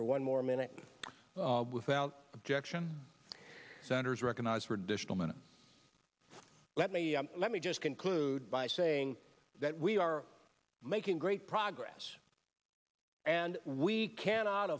for one more minute without objection recognize for additional minute let me let me just conclude by saying that we are making great progress and we cannot